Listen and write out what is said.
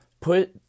put